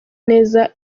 neza